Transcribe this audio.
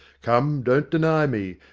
come, don't deny me.